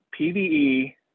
PVE